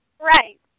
Right